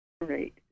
Right